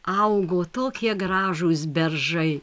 augo tokie gražūs beržai